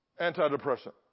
Antidepressant